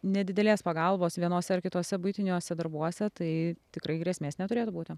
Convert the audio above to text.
nedidelės pagalbos vienuose ar kituose buitiniuose darbuose tai tikrai grėsmės neturėtų būti